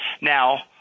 Now